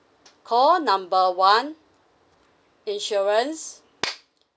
call number one insurance